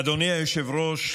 אדוני היושב-ראש,